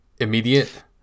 immediate